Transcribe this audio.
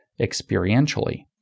experientially